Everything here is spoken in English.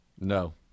No